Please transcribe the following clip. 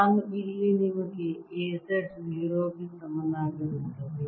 ನಾನು ಇಲ್ಲಿ ನಿಮಗೆ A z 0 ಗೆ ಸಮನಾಗಿರುತ್ತದೆ